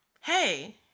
hey